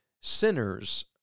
sinners